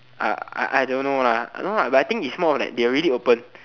I I I don't know lah I think the thing is that they are already more open